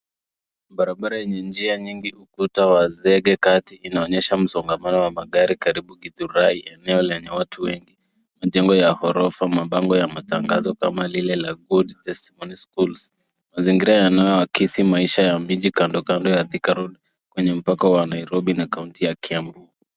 Barabara yenye njia nyingi na ukuta wa zege kati inaonyesha msongamano wa magari karibu githurai eneo lenye watu wengi, majengo ya biashara, mabango ya matangazo kama lile ya, good testimony schools. Mazingira yanayoakisi maisha ya miji kando kando ya thika kwenye mpaka wa Nairobi na kaunti ya Kiambu